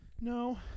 No